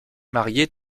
marié